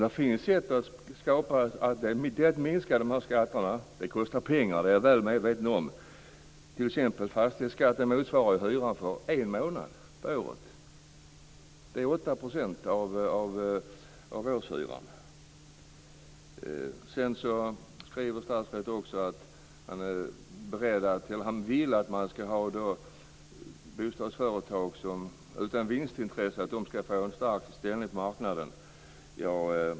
Ett sätt att åstadkomma lägre hyra är att minska dessa skatter. Jag är väl medveten om att det kostar pengar. Fastighetsskatten motsvarar t.ex. hyran för en månad på året. Den är 8 % av årshyran. Sedan skriver statsrådet också att han vill att bostadsföretag utan vinstintresse skall få en stark ställning på marknaden.